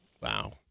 Wow